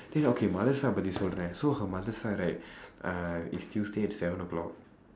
then okay her mother side about this whole right so her mother side right uh is tuesday seven o'clock